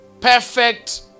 perfect